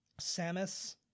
Samus